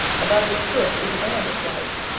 above each hoof is a band of white.